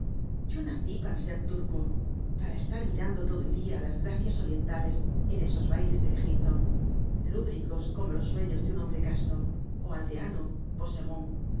yo nací para ser turco para estar mirando todo el dia á las gracias orientales en esos bailes del egipto lúbricos como los sueños de un hombre casto ó aldeano